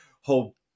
whole